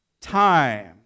Time